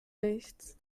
nichts